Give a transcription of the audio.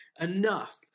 enough